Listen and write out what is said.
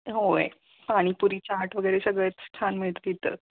होय पाणीपुरी चाट वगैरे सगळंच छान मिळतं तिथं